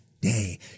Day